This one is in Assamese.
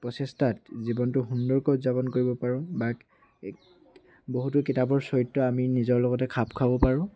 প্ৰচেষ্টাত জীৱনটো সুন্দৰকৈ উদযাপন কৰিব পাৰোঁ বা বহুতো কিতাপৰ চৰিত্ৰ আমি নিজৰ লগতে খাপ খুৱাব পাৰোঁ